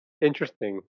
Interesting